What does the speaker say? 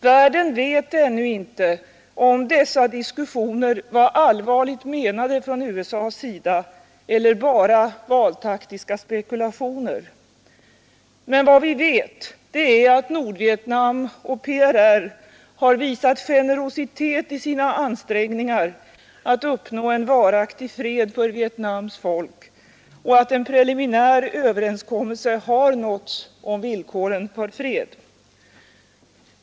Världen vet ännu inte om dessa diskussioner var allvarligt menade från USA: sida eller om de bara var valtaktiska spekulationer. Men vad vi vet är att Nordvietnam och PRR har visat generositet i sina ansträngningar att uppnå en varaktig fred för Vietnams folk och att en preliminär överenskommelse har nåtts om villkoren för fred.